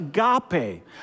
agape